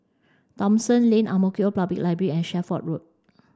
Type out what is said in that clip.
Thomson Lane Ang Mo Kio Public Library and Shelford Road